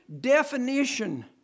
definition